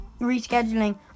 rescheduling